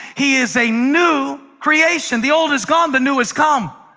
he is a new creation. the old is gone, the new has come.